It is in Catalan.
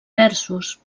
versos